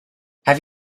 have